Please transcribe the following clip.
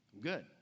good